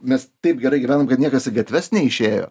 mes taip gerai gyvenam kad niekas į gatves neišėjo